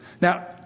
Now